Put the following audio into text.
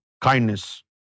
kindness